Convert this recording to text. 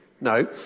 No